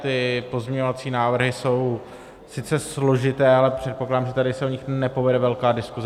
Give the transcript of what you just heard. Ty pozměňovací návrhy jsou sice složité, ale předpokládám, že se tady o nich nepovede velká diskuze.